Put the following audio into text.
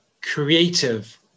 creative